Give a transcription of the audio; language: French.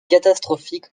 catastrophique